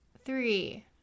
three